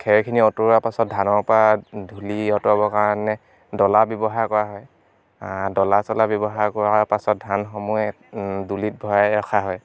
খেৰখিনি অঁতৰোৱাৰ পাছত ধানৰ পৰা ধূলি আঁতৰাবৰ কাৰণে ডলা ব্যৱহাৰ কৰা হয় ডলা চলা ব্যৱহাৰ কৰাৰ পাছত ধানসমূহে ডুলিত ভৰাই ৰখা হয়